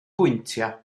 bwyntiau